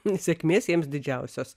sėkmės jiems didžiausios